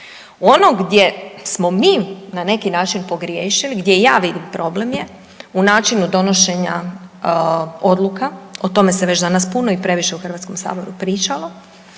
Ono gdje smo mi na neki način pogriješili, gdje ja vidim problem je u načinu donošenja odluka, o tome se već danas puno i previše u HS-u pričalo,